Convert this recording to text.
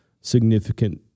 significant